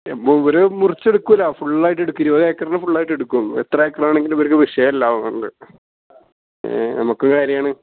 ഏ ഇവർ മുറിച്ചെടുക്കില്ല ഫുൾ ആയിട്ട് എടുക്കും ഇരുപത് ഏക്കറിന് ഫുൾ ആയിട്ട് എടുക്കും എത്ര ഏക്കർ ആണെങ്കിലും ഇവർക്ക് വിഷയമല്ല അതുകൊണ്ട് ഏ നമുക്ക് കാര്യമാണ്